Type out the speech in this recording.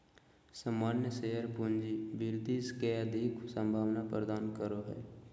सामान्य शेयर पूँजी वृद्धि के अधिक संभावना प्रदान करो हय